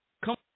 come